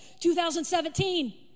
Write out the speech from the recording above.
2017